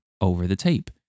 over-the-tape